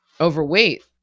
overweight